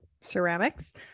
ceramics